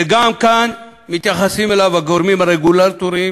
וגם כאן מתייחסים אליו הגורמים הרגולטוריים,